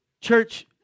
church